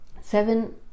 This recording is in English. Seven